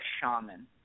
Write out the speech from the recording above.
shaman